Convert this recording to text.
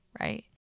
right